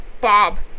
Bob